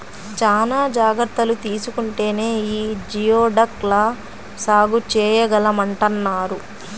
చానా జాగర్తలు తీసుకుంటేనే యీ జియోడక్ ల సాగు చేయగలమంటన్నారు